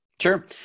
Sure